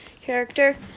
character